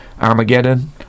Armageddon